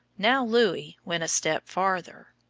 now louis went a step farther.